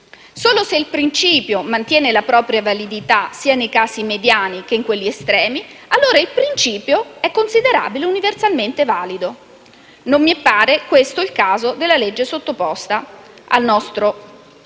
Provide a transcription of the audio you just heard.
Solo se il principio mantiene la propria validità sia nei casi mediani, che in quelli estremi, allora è considerato universalmente valido. Non mi pare questo il caso del disegno di legge sottoposto al nostro esame.